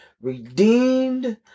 redeemed